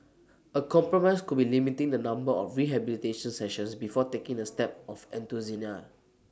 A compromise could be limiting the number of rehabilitation sessions before taking the step of euthanasia